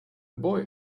boy